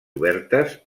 obertes